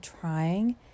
trying